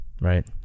right